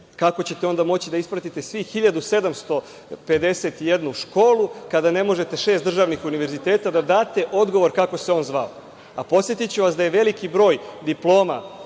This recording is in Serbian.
Kako ćete onda moći da ispratite svih 1751 školu, kada ne možete šest državnih univerziteta da date odgovor kako se on zvao? Podsetiću vas da je veliki broj diploma